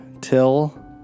till